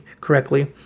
correctly